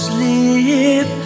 Sleep